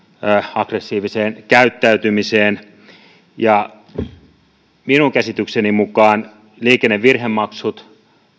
aggressiiviseen käyttäytymiseen minun käsitykseni mukaan liikennevirhemaksut